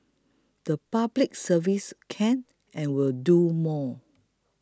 the Public Service can and will do more